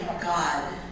God